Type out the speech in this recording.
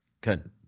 Good